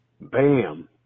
Bam